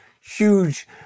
huge